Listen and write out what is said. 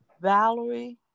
Valerie